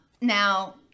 now